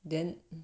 then